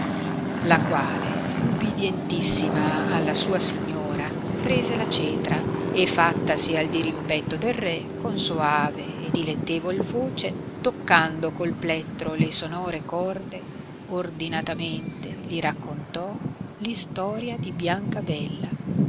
la quale ubidientissima alla sua signora prese la cetra e fattasi al dirimpetto del re con soave e dilettevol voce toccando col plettro le sonore corde ordinatamente li raccontò f istoria di